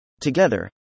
Together